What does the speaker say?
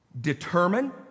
determine